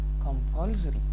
compulsory